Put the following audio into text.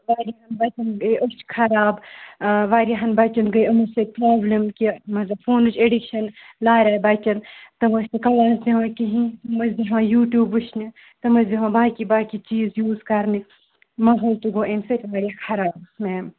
واریاہن بَچن گٔے أچھ خراب واریاہن بَچن گٔے یِمو سۭتۍ پرابٕلم کہِ مطلب فونٕچ اٮ۪ڈِکشن لارے بَچن تِم ٲسۍ نہٕ کٕلاس دِوان کِہینۍ تِم ٲسۍ بیٚہوان یوٗٹیوٗب وٕچھنہ تِم ٲسۍ بیٚہوان باقٕے باقٕے چیٖز یوٗز کَرنہِ ماحول تہِ گوٚو امہِ سۭتۍ واریاہ خراب مٮ۪م